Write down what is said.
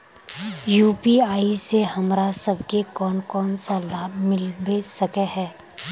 UPI से हमरा सब के कोन कोन सा लाभ मिलबे सके है?